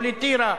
לא לטירה,